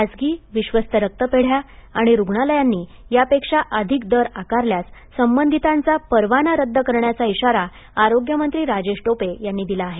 खासगी विश्वस्त रक्तपेढ्या रुग्णालयांनी यापेक्षा अधिक दर आकारल्यास संबंधितांचा परवाना रद्द करण्याचा इशारा आरोग्यमंत्री राजेश टोपे यांनी दिला आहे